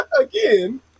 again